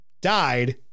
died